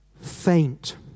faint